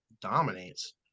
dominates